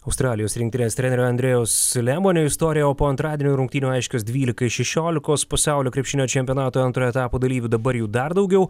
australijos rinktinės trenerio andrėjaus lemonio istorija o po antradienio rungtynių aiškios dvylika iš šešiolikos pasaulio krepšinio čempionato antrojo etapo dalyvių dabar jų dar daugiau